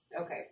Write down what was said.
Okay